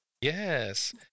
Yes